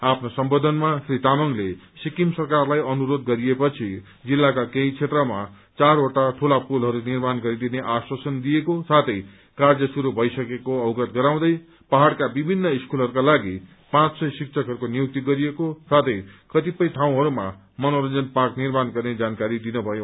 आफ्नो सम्वोधनमा श्री तामाङले सिकिम सरकारलाई अनुरोध पछि जिललाका केही क्षेत्रमा चार वटा ठूला पुलहरू निर्माण गरिदिने आश्वासन दिएको साथै कार्य शुरू भई सकेको अवगत गराउँदै पहाड़का विभिन्न स्कूलहरूका लागि पाँच सय शिक्षकहरूको नियुक्ति गरिएको साथै कतिपय ठाउँहरूमा मनोरंजन पार्क निर्माण गर्ने जानकारी दिनुभयो